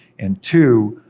and two,